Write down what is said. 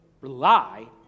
rely